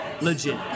legit